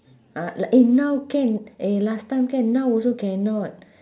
ah l~ eh now can eh last time can now also cannot